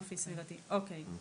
נכון, בסדר.